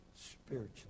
spiritually